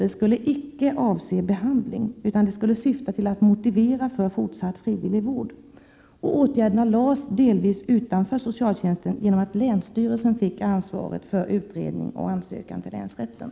Det skulle icke avse behandling utan syfta till att motivera för fortsatt frivillig vård. Åtgärderna lades delvis utanför socialtjänsten genom att länsstyrelsen fick ansvaret för utredning och ansökan till länsrätten.